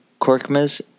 Korkmaz